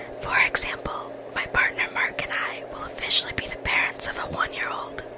for example, my partner mark and i will officially be the parents of a one year old.